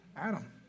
Adam